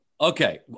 Okay